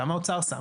כמה האוצר שם,